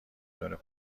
بدون